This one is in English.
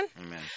Amen